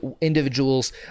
individuals